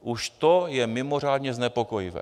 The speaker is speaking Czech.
Už to je mimořádně znepokojivé.